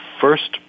first